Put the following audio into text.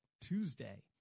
Tuesday